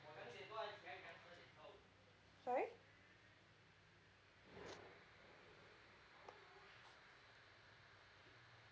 sorry